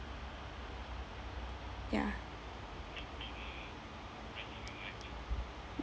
ya